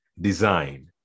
design